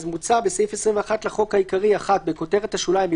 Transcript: מוצע בסעיף 21 לחוק העיקרי (1) בכותרת השוליים,